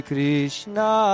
Krishna